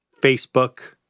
Facebook